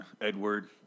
Edward